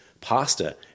pasta